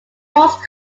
false